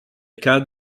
cas